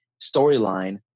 storyline